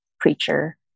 preacher